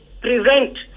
prevent